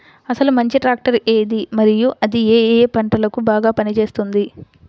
అసలు మంచి ట్రాక్టర్ ఏది మరియు అది ఏ ఏ పంటలకు బాగా పని చేస్తుంది?